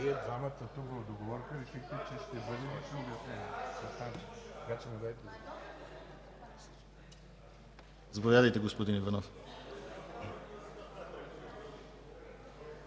Заповядайте, господин Иванов.